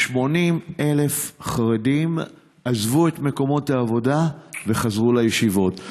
80,000 חרדים עזבו את מקומות העבודה וחזרו לישיבות.